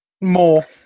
More